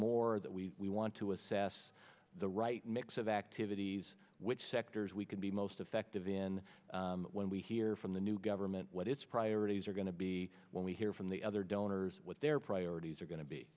more that we want to assess the right mix of activities which sectors we could be most effective in when we hear from the new government what its priorities are going to be when we hear from the other donors what their priorities are going to be